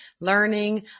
learning